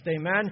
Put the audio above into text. Amen